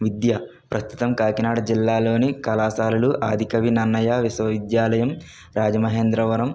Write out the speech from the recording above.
విద్య ప్రస్తుతం కాకినాడ జిల్లాలోని కళాశాలలు ఆదికవి నన్నయ విశ్వవిద్యాలయం రాజమహేంద్రవరం